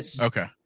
okay